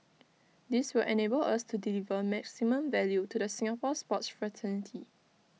this will enable us to deliver maximum value to the Singapore sports fraternity